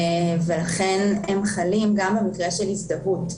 ולכן הם חלים גם במקרה של הזדהות.